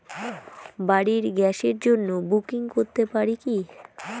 বাড়ির গ্যাসের জন্য বুকিং করতে পারি কি?